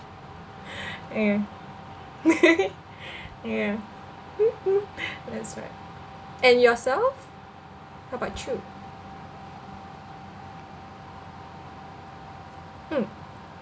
ya yeah that's right and yourself how about you mm